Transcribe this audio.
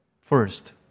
first